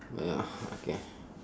ya okay